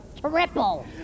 Triple